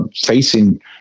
facing